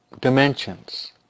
dimensions